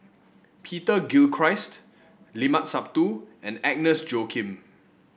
Peter Gilchrist Limat Sabtu and Agnes Joaquim